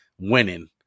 winning